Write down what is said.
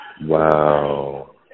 Wow